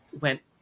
went